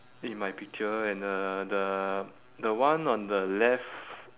in my picture and the the the one on the left